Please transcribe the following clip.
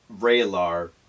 Raylar